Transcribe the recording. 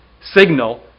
signal